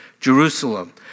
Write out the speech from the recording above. Jerusalem